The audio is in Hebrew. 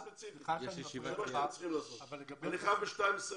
סליחה שאני מפריע לך.